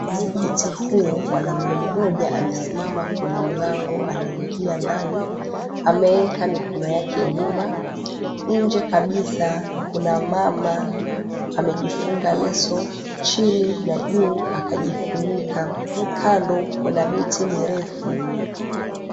Katika msikiti huu mwanaume mmoja amesimama kwenye mlango anaingia ndani. Ameeka mikono yake nyuma. Nje kabisa kuna mama amejifunga leso chini na juu akajifunika. Kando kuna miti mirefu.